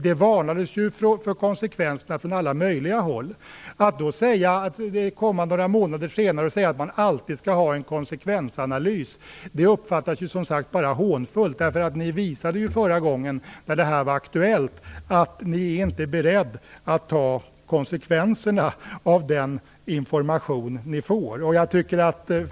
Det varnades ju för dem från alla möjliga håll. Att då komma några månader senare och säga att man alltid skall ha en konsekvensanalys uppfattas bara som ett hån. Ni visade ju förra gången det här var aktuellt att ni inte är beredda att ta konsekvenserna av den information ni får.